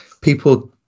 people